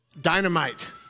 dynamite